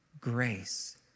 grace